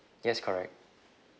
yes correct